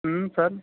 sir